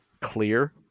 clear